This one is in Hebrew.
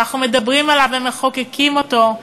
שאנחנו מדברים עליו ומחוקקים אותו,